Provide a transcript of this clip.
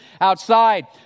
outside